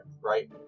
right